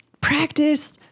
practice